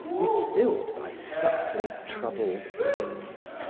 distilled by subtly troubled brains,